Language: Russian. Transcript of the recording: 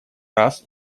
раз